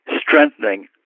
strengthening